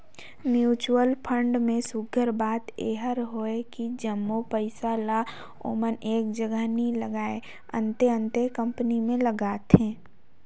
mutual fund में सुग्घर बात एहर हवे कि जम्मो पइसा ल ओमन एक जगहा नी लगाएं, अन्ते अन्ते कंपनी में लगाथें